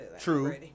true